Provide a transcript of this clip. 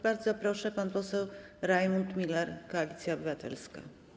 Bardzo proszę, pan poseł Rajmund Miller, Koalicja Obywatelska.